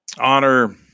honor